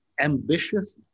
ambitious